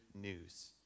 news